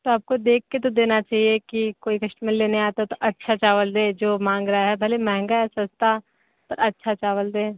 तो आपको देख के तो देना चाहिए कि कोई कस्टमर लेने आता तो अच्छा चावल दें जो मांग रहा है भले महंगा या सस्ता पर अच्छा चावल दें